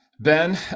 Ben